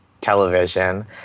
television